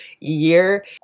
year